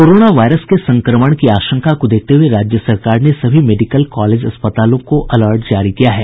corona virus के संक्रमण की आशंका को देखते हये राज्य सरकार ने सभी मेडिकल कॉलेज अस्पतालों को अलर्ट जारी किया है